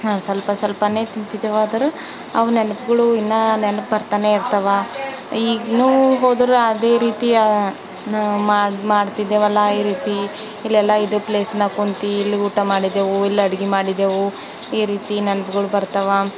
ಸ್ವಲ್ಪ ಸ್ವಲ್ಪನೆ ತಿಂತಿದ್ದೆವು ಆದ್ರೆ ಅವು ನೆನಪುಗಳು ಇನ್ನೂ ನೆನ್ಪು ಬರ್ತಾನೆ ಇರ್ತವೆ ಈಗ್ಲೂ ಹೊದರೆ ಅದೇ ರೀತಿಯ ಮಾ ಮಾಡ್ತಿದ್ದೆವಲ್ಲ ಈ ರೀತಿ ಇಲ್ಲೆಲ್ಲಾ ಇದೇ ಪ್ಲೇಸ್ನಾಗ ಕುಂತು ಇಲ್ಲಿ ಊಟ ಮಾಡಿದ್ದೆವು ಇಲ್ಲಿ ಅಡುಗೆ ಮಾಡಿದ್ದೆವು ಈ ರೀತಿ ನೆನ್ಪುಗಳು ಬರ್ತಾವೆ